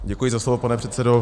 Děkuji za slovo, pane předsedo.